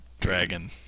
Dragon